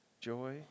joy